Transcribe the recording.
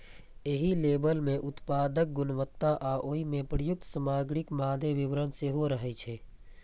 एहि लेबल मे उत्पादक गुणवत्ता आ ओइ मे प्रयुक्त सामग्रीक मादे विवरण सेहो रहै छै